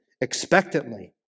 expectantly